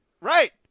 Right